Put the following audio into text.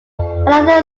another